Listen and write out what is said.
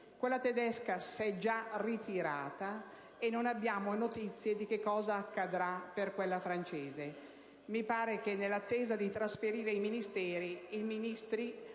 quella tedesca si è già ritirata e non abbiamo notizie di cosa accadrà per quella francese. Nell'attesa di trasferire i Ministeri, i Ministri